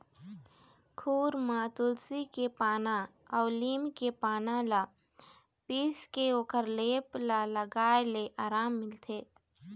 खुर म तुलसी के पाना अउ लीम के पाना ल पीसके ओखर लेप ल लगाए ले अराम मिलथे